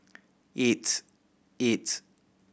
eight